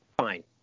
fine